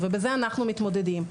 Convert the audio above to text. עם זה אנחנו מתמודדים,